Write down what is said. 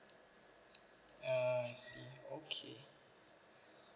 I see okay